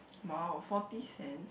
!wow! forty cents